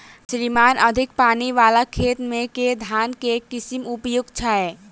श्रीमान अधिक पानि वला खेत मे केँ धान केँ किसिम उपयुक्त छैय?